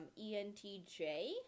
entj